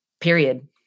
period